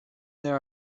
there